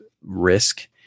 risk